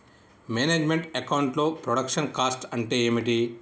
Manage meant account లో production cost అంటే ఏమిటి?